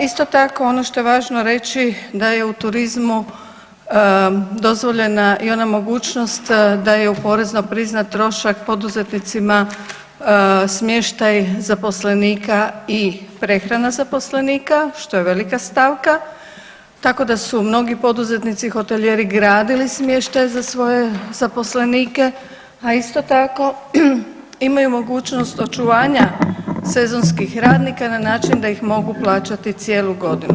Isto tako ono što je važno reći da je u turizmu dozvoljena i ona mogućnost da je da je u porezno priznat trošak poduzetnicima smještaj zaposlenika i prehrana zaposlenika, što je velika stavka, tako da su mnogi poduzetnici hotelijeri gradili smještaj za svoje zaposlenike, a isto tako imaju mogućnost očuvanja sezonskih radnika na način da ih mogu plaćati cijelu godinu.